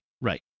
right